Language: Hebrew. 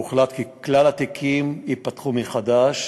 הוחלט כי כלל התיקים ייפתחו מחדש,